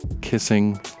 kissing